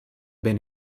been